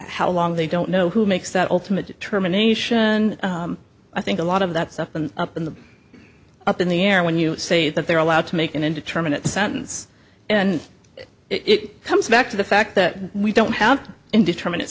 how long they don't know who makes that ultimate determination i think a lot of that is up and up in the up in the air when you say that they're allowed to make an indeterminate sentence and it comes back to the fact that we don't have indeterminate